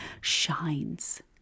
shines